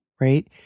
right